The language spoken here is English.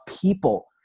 people